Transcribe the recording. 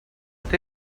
que